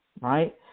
right